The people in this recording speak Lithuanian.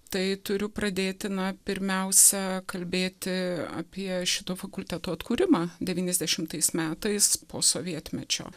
tai turiu pradėti na pirmiausia kalbėti apie šito fakulteto atkūrimą devyniasdešimtais metais po sovietmečio